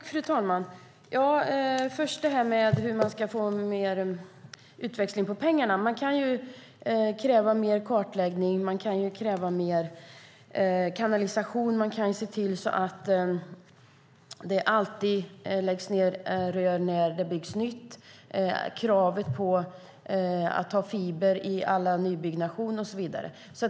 Fru talman! När det gäller hur man ska få mer utväxling på pengarna kan man kräva mer kartläggning och mer kanalisation. Man kan se till att det alltid läggs ned rör när det byggs nytt och ställa krav på att ha fiber i all nybyggnation och så vidare.